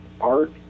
Art